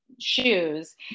shoes